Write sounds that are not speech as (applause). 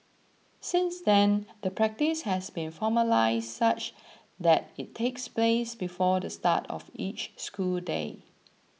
since then the practice has been formalised such that it takes place before the start of each school day (noise)